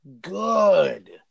good